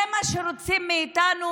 זה מה שרוצים מאיתנו?